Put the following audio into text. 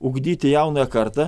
ugdyti jaunąją kartą